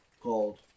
called